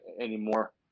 anymore